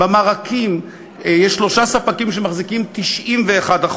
במרקים יש שלושה ספקים שמחזיקים 91%,